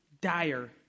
dire